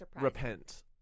repent